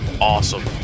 awesome